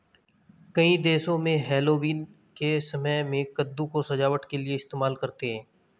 कई देशों में हैलोवीन के समय में कद्दू को सजावट के लिए इस्तेमाल करते हैं